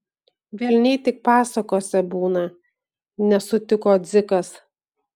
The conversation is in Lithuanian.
velniai tik pasakose būna nesutiko dzikas